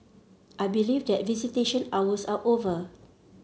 I believe that visitation hours are over